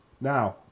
now